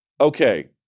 Okay